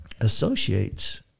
associates